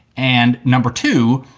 and number two,